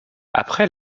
après